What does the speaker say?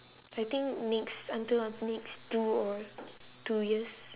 I think next until next two or two years